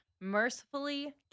mercifully